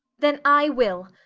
then i will.